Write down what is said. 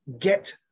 get